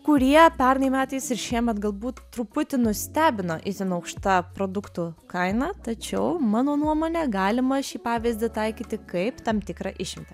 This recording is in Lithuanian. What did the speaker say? kurie pernai metais ir šiemet galbūt truputį nustebino itin aukšta produktų kaina tačiau mano nuomone galima šį pavyzdį taikyti kaip tam tikrą išimtį